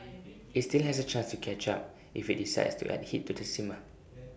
IT still has A chance to catch up if IT decides to add heat to the simmer